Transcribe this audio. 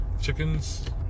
chickens